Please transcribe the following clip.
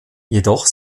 jedoch